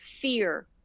fear